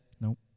Nope